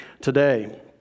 today